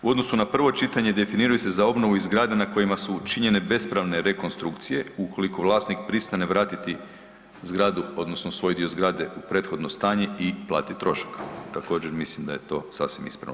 U odnosu na prvo čitanje, definiraju se za obnovu i zgrade na kojima su učinjene bespravne rekonstrukcije, ukoliko vlasnik pristane vratiti zgradu, odnosno svoj dio zgrade u prethodno stanje i platiti trošak, također, mislim da je to sasvim ispravno.